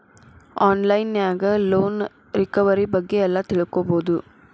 on line ನ್ಯಾಗ loan recovery ಬಗ್ಗೆ ಎಲ್ಲಾ ತಿಳ್ಕೊಬೊದು